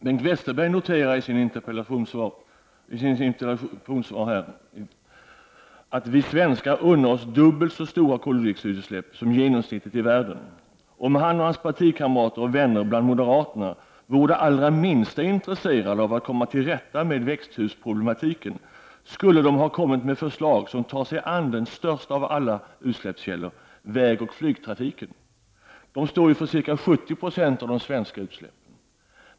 Bengt Westerberg noterade i sitt anförande att vi svenskar unnar oss dubbelt så stora koldioxidutsläpp som genomsnittet i världen. Om han och hans partikamrater och vänner bland moderaterna vore det allra minsta intresserade av att komma till rätta med problemen med växthuseffekten, skulle de ha kommit med förslag som tar sig an den största av alla utsläppskällor, nämligen vägoch flygtrafiken. Dessa står för cirka 70 76 av de svenska utsläppen.